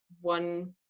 one